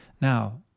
Now